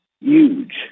huge